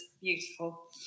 beautiful